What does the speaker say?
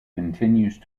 continued